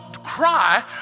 cry